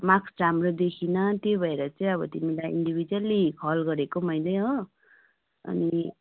marks राम्रो देखिनँ त्यही भएर चाहिँ अब तिमीलाई इन्डिभिजुयल्ली कल गरेको मैले हो अनि